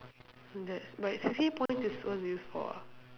that's but C_C_A point is what the use for ah